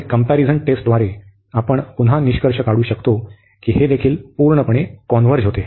आणि कम्पॅरिझन टेस्टद्वारे आपण पुन्हा निष्कर्ष काढू शकतो की हे देखील पूर्णपणे कॉन्व्हर्ज होते